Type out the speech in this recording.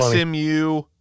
SMU